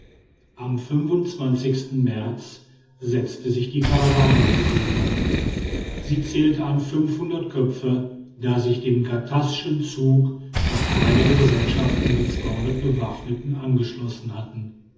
am märz setzte sich die karawane in bewegung sie zählte an köpfe da sich dem ghattasschen zug noch kleinere gesellschaften mit bewaffneten angeschlossen hatten